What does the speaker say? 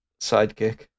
sidekick